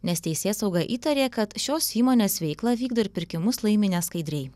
nes teisėsauga įtarė kad šios įmonės veiklą vykdo ir pirkimus laimi neskaidriai